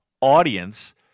audience